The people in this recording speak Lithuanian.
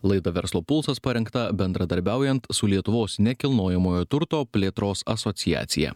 laida verslo pulsas parengta bendradarbiaujant su lietuvos nekilnojamojo turto plėtros asociacija